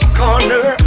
corner